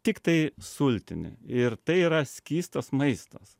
tiktai sultinį ir tai yra skystas maistas